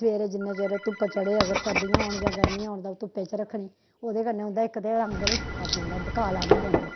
सबैह्रे जि'न्ने चिर धुप्प चढे़ अगर सरदियां होन जां गरमियां होन तां धुप्पै च रखने ओह्दे कन्नै उं'दा इक ते रंग निं फि'क्का पौंदा काला निं पौंदा